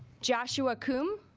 joshua combe